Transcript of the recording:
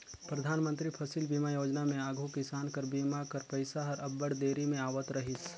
परधानमंतरी फसिल बीमा योजना में आघु किसान कर बीमा कर पइसा हर अब्बड़ देरी में आवत रहिस